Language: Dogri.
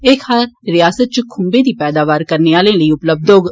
एह् खाद्य रियासत च खूम्बे दी पैदावार करने आलें लेई उपलब्य होग